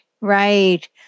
right